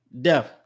Death